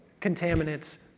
contaminants